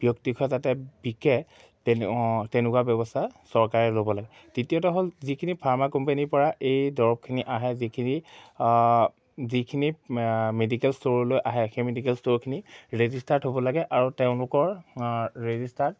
ব্যক্তিকহে যাতে বিকে তেনে তেনেকুৱা ব্যৱস্থা চৰকাৰে ল'ব লাগে তৃতীয়তে হ'ল যিখিনি ফাৰ্মা কোম্পানীৰ পৰা এই দৰৱখিনি আহে যিখিনি মেডিকেল ষ্ট'ৰলৈ আহে সেই মেডিকেল ষ্ট'ৰখিনি ৰেজিষ্টাৰ্ড হ'ব লাগে আৰু তেওঁলোকৰ ৰেজিষ্টাৰ্ড